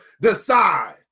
decide